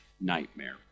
nightmare